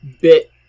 bit